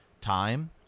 time